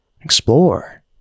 explore